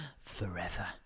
forever